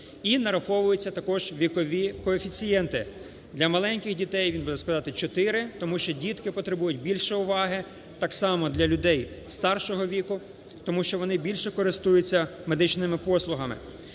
І нараховуються також вікові коефіцієнти: для маленьких дітей він буде складати чотири, тому що дітки потребують більше уваги, так само для людей старшого віку, тому що вони більше користуються медичними послугами.